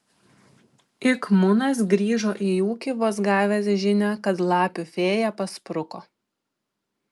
ik munas grįžo į ūkį vos gavęs žinią kad lapių fėja paspruko